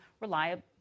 reliable